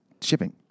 shipping